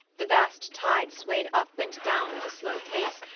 the vast tide swayed up and down at a slow pace,